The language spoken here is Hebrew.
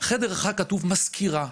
חדר אחד כתוב מזכירה,